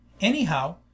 Anyhow